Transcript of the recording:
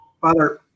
Father